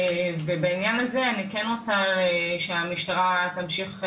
בעניין הזה אני כן רוצה שמשטרת ישראל תמשיך.